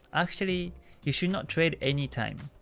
actually you should not trade anytime.